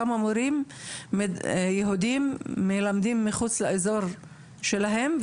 כמה מורים יהודים מלמדים מחוץ לאזור שלהם,